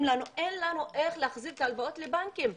לנו שאין להם איך להחזיר את ההלוואות לבנקים.